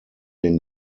den